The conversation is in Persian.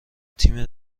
تیم